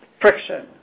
friction